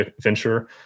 venture